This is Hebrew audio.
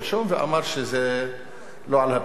ואמר שזה לא על הפרק,